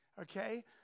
Okay